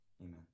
amen